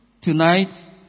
Tonight